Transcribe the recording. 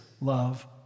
love